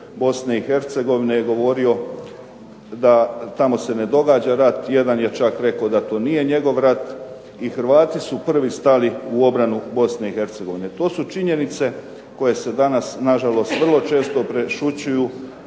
Bosne i Hercegovine je govorio da tamo se ne događa rat, jedan je čak rekao da to nije njegov rat. I Hrvati su prvi stali u obranu Bosne i Hercegovine. To su činjenice koje se danas nažalost vrlo često prešućuju